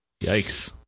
yikes